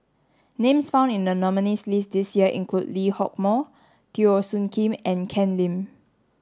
names found in the nominees' list this year include Lee Hock Moh Teo Soon Kim and Ken Lim